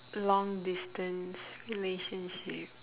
long distance relationship